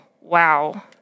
wow